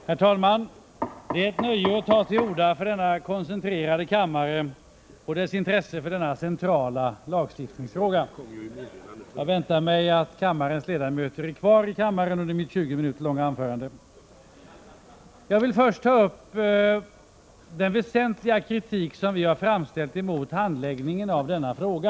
Herr talman! Det är ett nöje att ta till orda inför denna koncentrerade kammare med dess intresse för denna centrala lagstiftningsfråga. Jag väntar mig att ledamöterna är kvar i kammaren under mitt 20 minuter långa anförande. Jag vill först ta upp den väsentliga kritik som vi har framställt mot handläggningen av denna fråga.